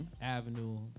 Avenue